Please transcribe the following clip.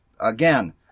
again